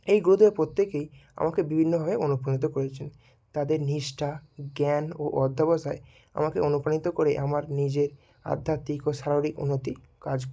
এই গুরুদের প্রত্যেকেই আমাকে বিভিন্নভাবে অনুপ্রাণিত করেছেন তাদের নিষ্ঠা জ্ঞান ও অধ্যবসায় আমাকে অনুপ্রাণিত করে আমার নিজের আধ্যাত্মিক ও শারীরিক উন্নতি কাজ